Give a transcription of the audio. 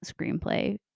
screenplay